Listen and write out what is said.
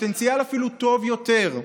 הפוטנציאל אפילו טוב יותר,